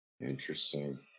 Interesting